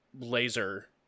laser